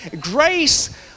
Grace